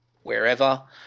Wherever